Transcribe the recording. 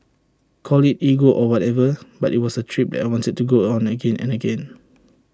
call IT ego or whatever but IT was A trip that I wanted to go on again and again